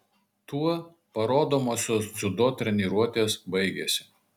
tuo parodomosios dziudo treniruotės baigėsi